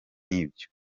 nkibyo